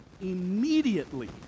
immediately